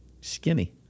skinny